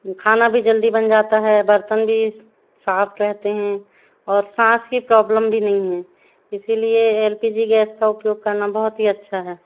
तो खाना भी जल्दी बन जाता है बर्तन भी स साफ रहते हैं और सांस की प्रॉब्लम भी नहीं है इसीलिए एल पी जी गैस का उपयोग करना बहुत ही अच्छा है